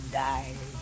die